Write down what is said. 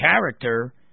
character